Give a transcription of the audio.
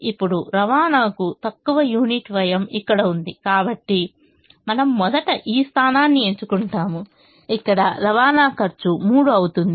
ఇప్పుడు రవాణాకు తక్కువ యూనిట్ వ్యయం ఇక్కడ ఉంది కాబట్టి మనము మొదట ఈ స్థానాన్ని ఎంచుకుంటాము ఇక్కడ రవాణా ఖర్చు 3 అవుతుంది